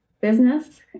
business